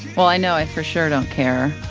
well, i know i for sure don't care.